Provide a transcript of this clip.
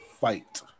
fight